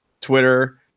Twitter